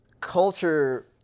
culture